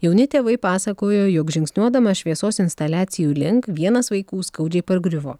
jauni tėvai pasakojo jog žingsniuodama šviesos instaliacijų link vienas vaikų skaudžiai pargriuvo